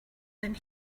than